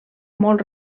molt